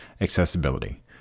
accessibility